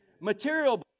Material